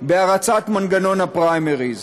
בהרצת מנגנון הפריימריז.